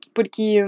Porque